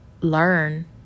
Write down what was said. Learn